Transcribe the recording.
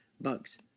bugs